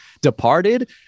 Departed